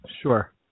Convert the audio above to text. Sure